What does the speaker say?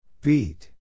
Beat